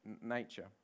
nature